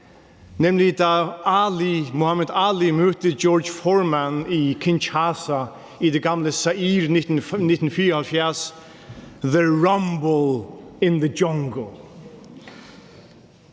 nemlig da Mohammed Ali mødte George Foreman i Kinshasa i det gamle Zaire i 1974 – the Rumble in the Jungle!